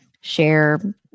share